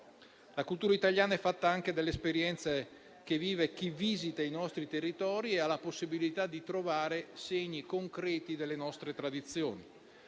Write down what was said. La cultura italiana è fatta anche delle esperienze che vive chi visita i nostri territori e ha la possibilità di trovare segni concreti delle nostre tradizioni.